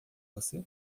você